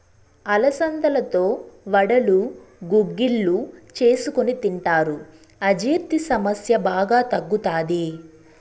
అలసందలతో వడలు, గుగ్గిళ్ళు చేసుకొని తింటారు, అజీర్తి సమస్య బాగా తగ్గుతాది